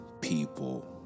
people